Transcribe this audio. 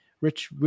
Rich